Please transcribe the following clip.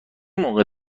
موقع